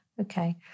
okay